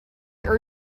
urge